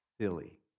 Silly